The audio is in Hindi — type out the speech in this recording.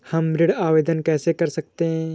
हम ऋण आवेदन कैसे कर सकते हैं?